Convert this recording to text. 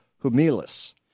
Humilis